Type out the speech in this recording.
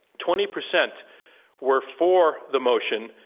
twenty percent were for the motion,